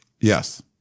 Yes